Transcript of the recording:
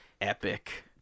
epic